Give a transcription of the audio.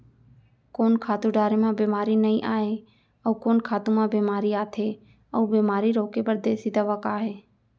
कोन खातू डारे म बेमारी नई आये, अऊ कोन खातू म बेमारी आथे अऊ बेमारी रोके बर देसी दवा का हे?